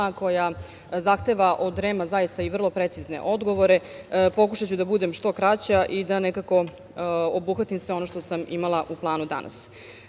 koja zahteva od REM-a zaista vrlo precizne odgovore, pokušaću da budem što kraća i da nekako obuhvatim sve ono što sam imala u planu danas. Dakle,